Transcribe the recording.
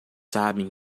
sabem